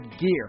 gear